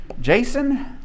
Jason